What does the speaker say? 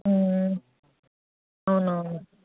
అవునవును